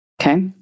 Okay